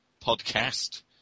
podcast